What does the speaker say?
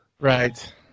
Right